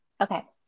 Okay